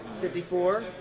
Fifty-four